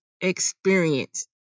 experience